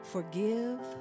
Forgive